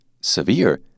severe